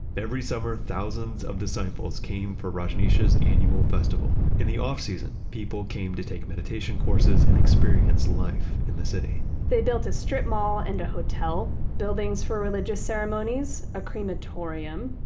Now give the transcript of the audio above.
every summer thousands of disciples came for rajneesh's annual festival. in the off season, people came to take meditation courses and experience life in the city they built a strip mall and a hotel, buildings for religious ceremonies, a crematorium,